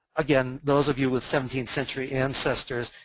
again those of you with seventeenth-century ancestors,